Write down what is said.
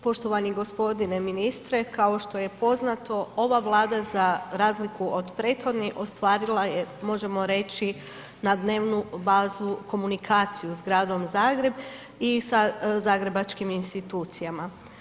Poštovani gospodine ministre kao što je poznato ova Vlada za razliku od prethodne ostvarila je možemo reći na dnevnu bazu komunikaciju s Gradom Zagreb i sa zagrebačkim institucijama.